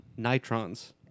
Nitrons